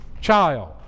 Child